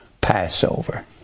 Passover